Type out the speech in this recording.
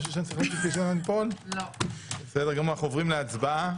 אנחנו עוברים להצבעה.